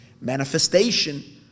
manifestation